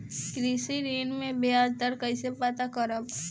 कृषि ऋण में बयाज दर कइसे पता करब?